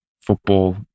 football